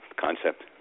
concept